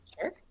Sure